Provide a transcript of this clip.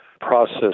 process